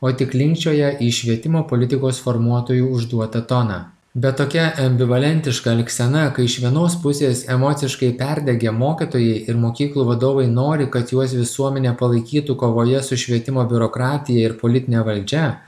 o tik linkčioja į švietimo politikos formuotojų užduotą toną bet tokia ambivalentiška elgsena kai iš vienos pusės emociškai perdegę mokytojai ir mokyklų vadovai nori kad juos visuomenė palaikytų kovoje su švietimo biurokratija ir politine valdžia